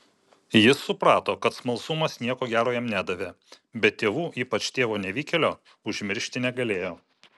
jis suprato kad smalsumas nieko gero jam nedavė bet tėvų ypač tėvo nevykėlio užmiršti negalėjo